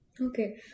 Okay